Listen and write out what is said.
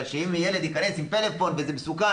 שאם ילד ייכנס עם פלאפון וזה מסוכן?